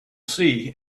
see